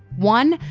one,